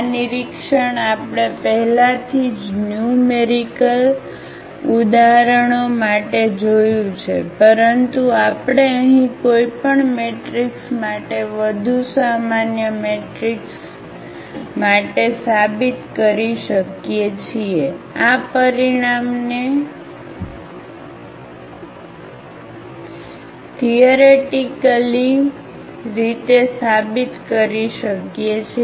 આ નિરીક્ષણ આપણે પહેલાથી જ ન્યુમેરિકલ ઉદાહરણો માટે જોયું છે પરંતુ આપણે અહીં કોઈપણ મેટ્રિક્સ માટે વધુ સામાન્ય મેટ્રિક્સ માટે સાબિત કરી શકીએ છીએ આ પરિણામને થીઆવી રીતે થીઓરેટીકલી રીતે સાબિત કરી શકીએ છીએ